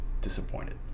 disappointed